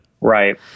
Right